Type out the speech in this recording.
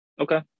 okay